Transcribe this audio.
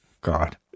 God